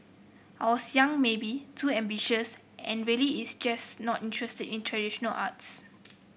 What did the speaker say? I was young maybe too ambitious and really is just not interested in traditional arts